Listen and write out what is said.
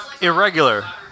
Irregular